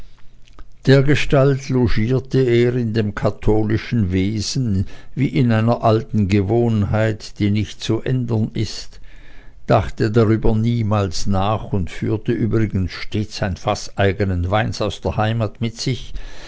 dergestalt logierte er in dem katholischen wesen wie in einer alten gewohnheit die nicht zu ändern ist dachte darüber niemals nach und führte übrigens stets ein faß eigenen weines aus der heimat mit sich